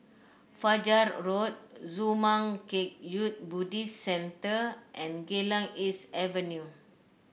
Fajar Road Zurmang Kagyud Buddhist Centre and Geylang East Avenue